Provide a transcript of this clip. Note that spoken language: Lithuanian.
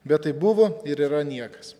bet tai buvo ir yra niekas